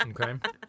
okay